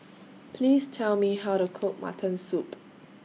Please Tell Me How to Cook Mutton Soup